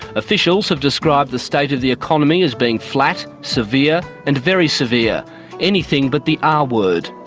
officials have described the state of the economy as being flat severe, and very severe anything but the r word.